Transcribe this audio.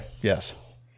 yes